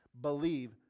believe